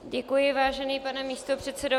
Děkuji, vážený pane místopředsedo.